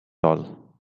all